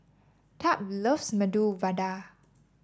Tab loves Medu Vada